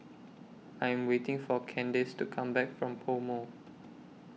I Am waiting For Kandace to Come Back from Pomo